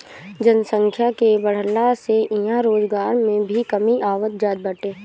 जनसंख्या के बढ़ला से इहां रोजगार में भी कमी आवत जात बाटे